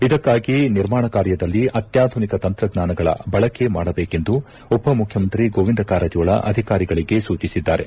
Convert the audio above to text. ಇದಕ್ಕಾಗಿ ನಿರ್ಮಾಣ ಕಾರ್ಯದಲ್ಲಿ ಅತ್ಲಾಧುನಿಕ ತಂತ್ರಜ್ಞಾನಗಳ ಬಳಕೆ ಮಾಡಬೇಕೆಂದು ಉಪಮುಖ್ಯಮಂತ್ರಿ ಗೋವಿಂದ ಕಾರಜೋಳ ಅಧಿಕಾರಿಗಳಿಗೆ ಸೂಚಿಸಿದ್ದಾರೆ